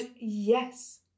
yes